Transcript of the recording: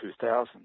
2000